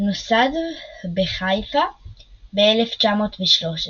נוסד בחיפה ב-1913.